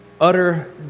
utter